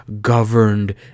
governed